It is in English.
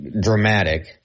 dramatic